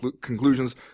conclusions